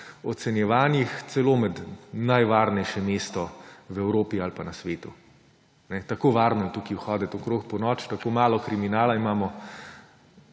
ocenjevanjih celo med najvarnejše mesto v Evropi ali pa na svetu. Tako varno je tu hoditi okrog ponoči, tako malo kriminala imamo,